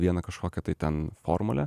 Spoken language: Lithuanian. vieną kažkokią tai ten formulę